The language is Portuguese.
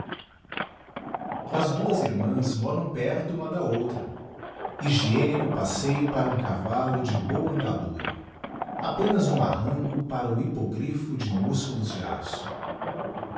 as duas irmãs moram perto uma da outra hygienico passeio digitized by vjooqic j para um cavallo de boa andadura apenas um arranco para o hyppogrypho de músculos de aço